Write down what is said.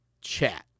chat